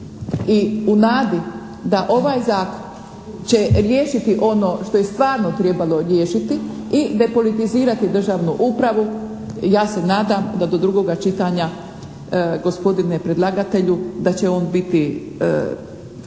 I u nadi da ovaj zakon će riješiti ono što je stvarno trebalo riješiti i depolitizirati državnu upravu ja se nadam da do drugoga čitanja, gospodine predlagatelju, da će on biti